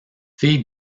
fille